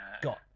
got